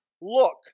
look